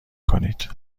کنید